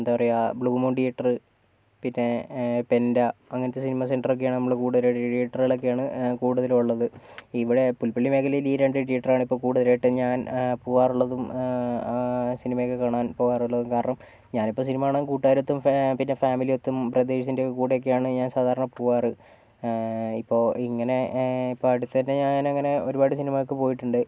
എന്താ പറയാ Blue Moon theatre പിന്നെ പെൻറ്റാ അങ്ങനത്തെ സിനിമ സെൻറ്ററൊക്കെയാണ് നമ്മൾ ടീയറ്ററുകളൊക്കെയാണ് കൂടുതലും ഉള്ളത് ഇവിടെ പുൽപ്പള്ളി മേഖലയിൽ ഈ രണ്ട് തിയേറ്ററാണ് ഇപ്പോൾ കൂടുതലായിട്ടും ഞാൻ പോകാറുള്ളതും സിനിമയൊക്കെ കാണാൻ പോകാറുള്ളതും കാരണം ഞാനിപ്പോൾ സിനിമ കാണാൻ കൂട്ടുകാരൊത്തും പിന്നെ ഫാമിലിയൊത്തും ബ്രദേഴ്സിന്റെ കൂടെയൊക്കെയാണ് ഞാൻ സാധാരണ പോകാറ് ഇപ്പോൾ ഇങ്ങനെ ഇപ്പോൾ അടുത്തന്നെ ഞാൻ അങ്ങനെ ഒരുപാട് സിനിമയൊക്കെ പോയിട്ടുണ്ട്